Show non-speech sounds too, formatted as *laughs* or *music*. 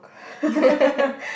*laughs*